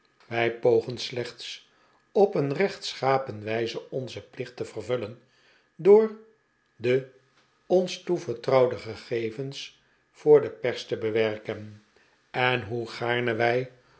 wij pogen slechts op een rechtschapen wijze onzen plicht te vervullen door de ons toevertrouwde gegevens voor de pers te bewerken en hoe gaarne wij